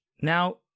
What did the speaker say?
Now